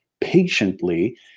patiently